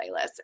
playlists